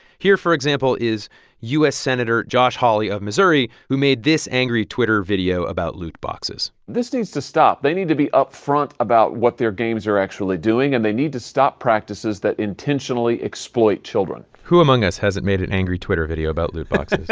here, for example, is u s. senator josh hawley of missouri, who made this angry twitter video about loot boxes this needs to stop. they need to be upfront about what their games are actually doing, and they need to stop practices that intentionally exploit children who among us hasn't made an angry twitter video about loot boxes?